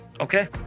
okay